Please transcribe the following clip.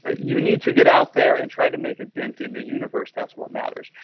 ah you need to get out there and try to make a dent in the universe that's what matters.